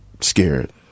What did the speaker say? scared